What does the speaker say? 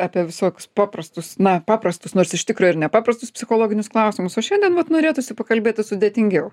apie visokius paprastus na paprastus nors iš tikro ir nepaprastus psichologinius klausimus o šiandien vat norėtųsi pakalbėti sudėtingiau